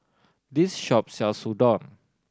this shop sells Udon